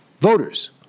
voters